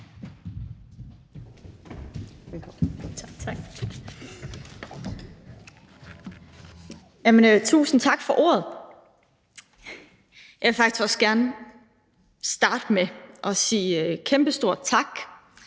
Tusind tak for ordet. Jeg vil faktisk også gerne starte med at komme med en kæmpestor tak